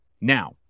Now